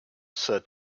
sir